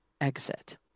exit